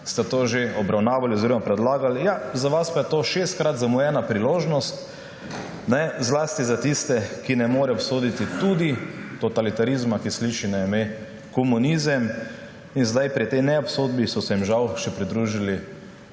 ste to že obravnavali oziroma predlagali. Ja, za vas pa je to šestkrat zamujena priložnost, zlasti za tiste, ki ne morejo obsoditi tudi totalitarizma, ki sliši na ime komunizem. Pri tej neobsodbi so se jim žal pridružili